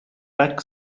pas